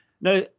Now